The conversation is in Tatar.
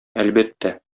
әлбәттә